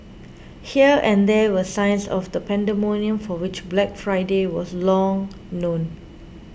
here and there were signs of the pandemonium for which Black Friday was long known